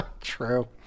True